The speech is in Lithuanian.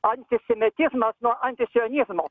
antisemitizmas nuo antisionizmo